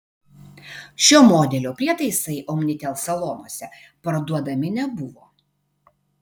šio modelio prietaisai omnitel salonuose parduodami nebuvo